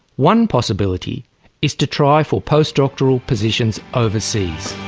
one possibility is to try for post-doctoral positions overseas.